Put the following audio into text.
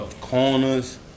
corners